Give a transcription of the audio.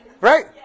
right